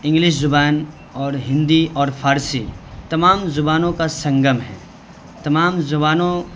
English زبان اور ہندی اور فارسی تمام زبانوں کا سنگم ہے تمام زبانوں